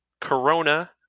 Corona